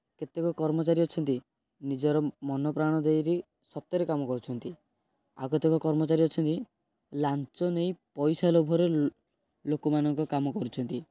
କେତେକ କର୍ମଚାରୀ ଅଛନ୍ତି ନିଜର ମନପ୍ରାଣ ଦେଇକରି ସତରେ କାମ କରୁଛନ୍ତି ଆଉ କେତେକ କର୍ମଚାରୀ ଅଛନ୍ତି ଲାଞ୍ଚ ନେଇ ପଇସା ଲୋଭରେ ଲୋକମାନଙ୍କ କାମ କରୁଛନ୍ତି